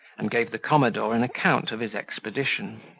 and gave the commodore an account of his expedition.